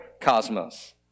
cosmos